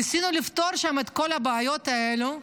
ניסינו לפתור שם את כל הבעיות האלו,